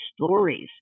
stories